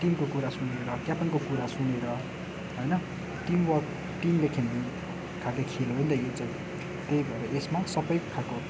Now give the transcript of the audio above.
टिमको कुरा सुनेर क्याप्टनको कुरा सुनेर होइन टिमवर्क टिमले खेल्ने खाले खेल हो नि त यो चाहिँ त्यही भएर यसमा सबै खालको